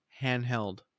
handheld